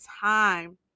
time